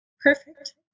perfect